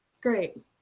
Great